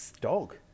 dog